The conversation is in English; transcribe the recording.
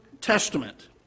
Testament